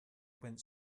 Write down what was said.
went